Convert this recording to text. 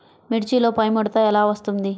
మిర్చిలో పైముడత ఎలా వస్తుంది?